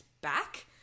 back